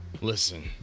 Listen